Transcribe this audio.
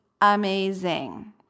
amazing